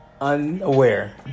unaware